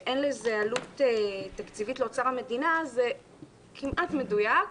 שאין לזה עלות תקציבית לאוצר המדינה זה כמעט מדויק.